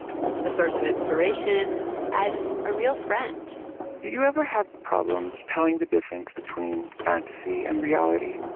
a source of inspiration and a real friend do you ever have problems telling the difference between fantasy and reality?